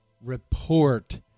report